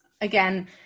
again